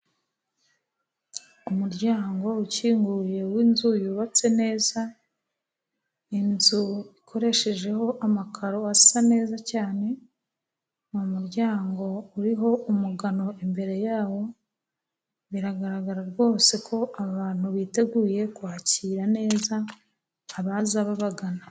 Umuryango ukinguye w'inzu yubatse neza, inzu ikoreshejeho amakaro asa neza cyane, mu muryango uriho umugano imbere yawo, biragaragara rwose ko abantu biteguye kwakira neza abaza babagana.